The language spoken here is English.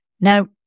Now